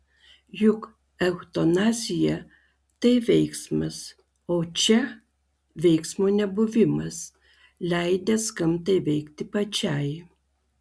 juk eutanazija tai veiksmas o čia veiksmo nebuvimas leidimas gamtai veikti pačiai